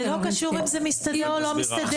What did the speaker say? זה לא קשור אם זה מסתדר או לא מסתדר.